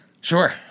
Sure